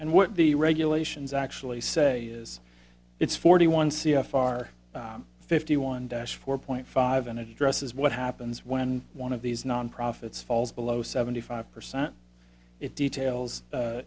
and what the regulations actually say is it's forty one c f r fifty one dash four point five an address is what happens when one of these nonprofits falls below seventy five percent it details